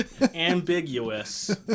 ambiguous